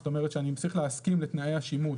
זאת אומרת שאני צריך להסכים לתנאי השימוש,